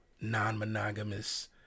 non-monogamous